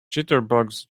jitterbugs